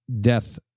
death